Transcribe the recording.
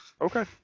Okay